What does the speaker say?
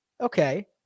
Okay